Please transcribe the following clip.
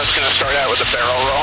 start out with a barrel